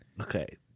okay